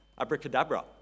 abracadabra